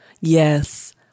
Yes